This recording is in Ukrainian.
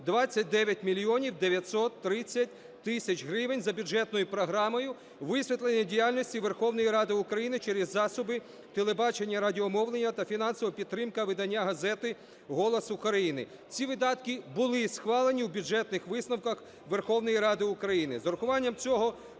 29 мільйонів 930 тисяч гривень за бюджетною програмою "Висвітлення діяльності Верховної Ради України через засоби телебачення і радіомовлення та фінансова підтримка видання газети "Голос України". Ці видатки були схвалені у бюджетних висновках Верховної Ради України.